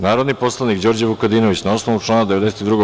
Narodni poslanik Đorđe Vukadinović, na osnovu člana 92.